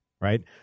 right